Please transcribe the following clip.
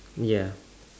ya